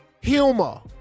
humor